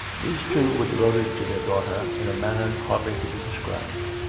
these two were devoted to their daughter in a manner hardly to be described.